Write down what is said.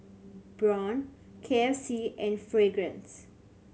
Braun K F C and Fragrance